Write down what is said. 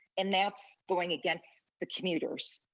and that's going against the commuters,